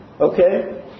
Okay